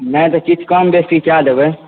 नहि तऽ किछु कम बेसी कय देबै